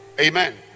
Amen